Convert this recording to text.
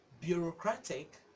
bureaucratic